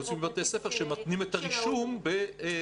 חוץ מבתי ספר שמתנים את הרישום בתשלום.